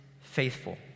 faithful